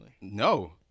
No